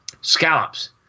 scallops